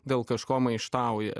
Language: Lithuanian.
dėl kažko maištauja